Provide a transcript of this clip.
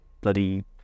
bloody